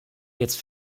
jetzt